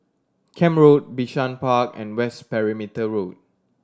Camp Road Bishan Park and West Perimeter Road